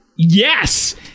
Yes